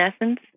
Essence